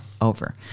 over